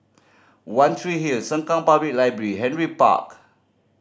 One Tree Hill Sengkang Public Library Henry Park